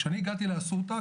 כשאני הגעתי לאסותא,